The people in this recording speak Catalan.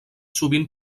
sovint